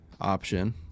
option